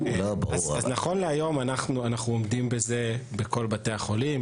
נכון להיום, אנחנו עומדים בזה בכל בתי החולים.